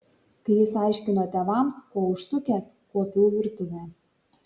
kai jis aiškino tėvams ko užsukęs kuopiau virtuvę